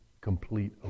complete